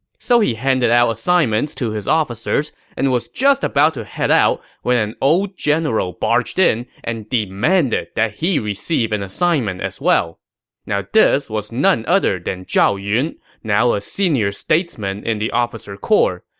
so he handed out assignments to his officers and was just about to head out when an old general barged in and demanded that he receive an assignment as well this was none other than zhao yun, now a senior statesman in the officer corps.